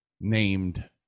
named